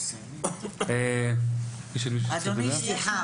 אדוני סליחה,